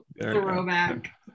throwback